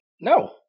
no